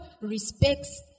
respects